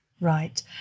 Right